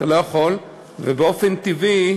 ובאופן טבעי,